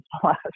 Plus